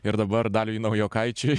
ir dabar daliui naujokaičiui